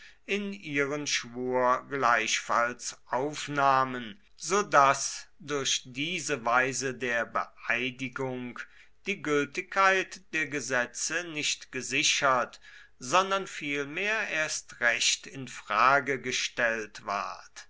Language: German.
in ihren schwur gleichfalls aufnahmen so daß durch diese weise der beeidigung die gültigkeit der gesetze nicht gesichert sondern vielmehr erst recht in frage gestellt ward